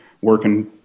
working